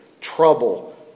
trouble